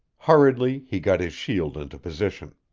hurriedly, he got his shield into position.